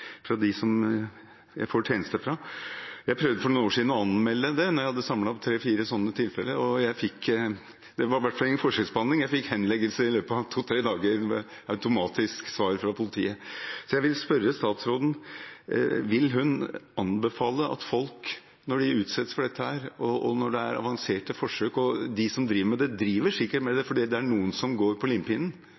som jeg får tjenester fra. Jeg prøvde for noen år siden å anmelde det, etter å ha samlet opp tre–fire slike tilfeller, og her var det i hvert fall ingen forskjellsbehandling, for jeg fikk henleggelse i løpet av to–tre dager med automatisk svar fra politiet. Jeg vil spørre statsråden: Vil hun anbefale at folk, når de utsettes for dette, og når det er avanserte forsøk – de som driver med det, gjør det sikkert fordi det er noen som går på limpinnen,